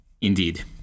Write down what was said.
Indeed